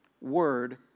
WORD